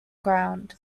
ground